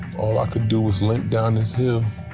all i could do is limp down this hill